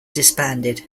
disbanded